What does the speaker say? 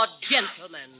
gentlemen